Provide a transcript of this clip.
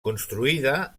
construïda